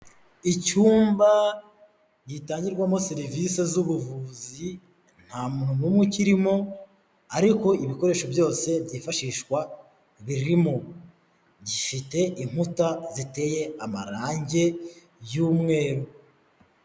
Icyumba gitangirwamo serivisi z'ubuvuzi nta muntu n'umwe ukirimo ariko ibikoresho byose byifashishwa birimo gifite inkuta ziteye amarangi y'umweru.